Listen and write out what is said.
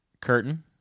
curtain